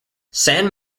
san